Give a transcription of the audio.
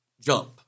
Jump